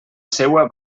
seua